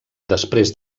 després